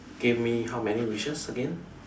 give me how many wishes again